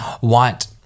want